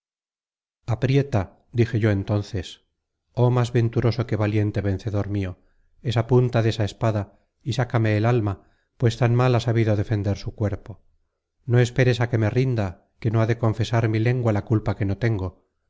aprieta dije yo entonces oh más venturoso que valiente vencedor mio esa punta desa espada y sácame el alma pues tan mal ha sabido defender su cuerpo no esperes á que me rinda que no ha de confesar mi lengua la culpa que no tengo